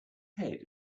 head